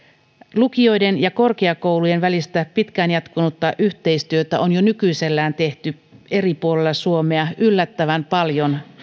lukioiden ja korkeakoulujen välistä pitkään jatkunutta yhteistyötä on jo nykyisellään tehty eri puolilla suomea yllättävän paljon